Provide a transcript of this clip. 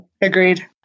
agreed